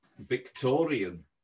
Victorian